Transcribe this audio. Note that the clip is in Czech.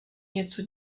něco